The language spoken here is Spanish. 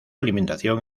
alimentación